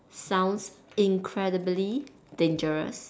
sounds incredibly dangerous